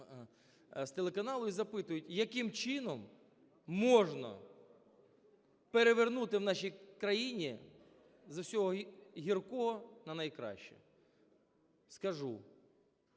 з телеканалу і запитують, яким чином можна перевернути в нашій країні з усього гіркого на найкраще? Скажу.